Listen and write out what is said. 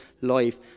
life